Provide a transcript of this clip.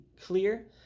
clear